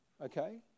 okay